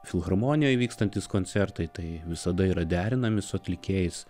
filharmonijoj vykstantys koncertai tai visada yra derinami su atlikėjais